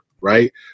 right